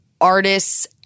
artists